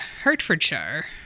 Hertfordshire